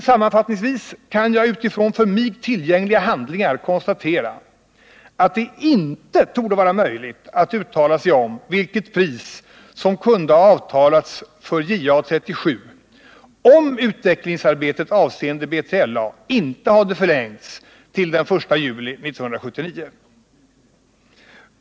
Sammanfattningsvis kan jag utifrån för mig tillgängliga handlingar konstatera att det inte torde vara möjligt att uttala sig om vilket pris som kunde ha avtalats för JA 37, om utvecklingsarbetet avseende B3LA inte hade förlängts till den 1 juli 1979.